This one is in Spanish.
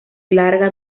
larga